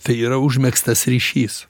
tai yra užmegztas ryšys